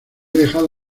dejado